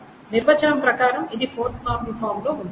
నిర్వచనం ప్రకారం ఇది 4NF లో ఉంటుంది